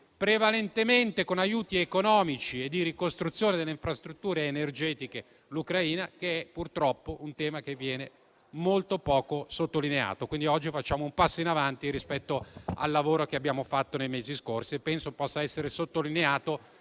prevalentemente con aiuti economici e di ricostruzione delle infrastrutture energetiche, ma purtroppo questo è un tema molto poco sottolineato. Oggi facciamo dunque un passo in avanti rispetto al lavoro che abbiamo fatto nei mesi scorsi e penso possa essere sottolineato,